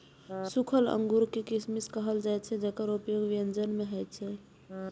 सूखल अंगूर कें किशमिश कहल जाइ छै, जेकर उपयोग व्यंजन मे होइ छै